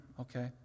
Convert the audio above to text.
okay